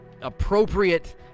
appropriate